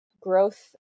growth